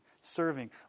serving